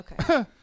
Okay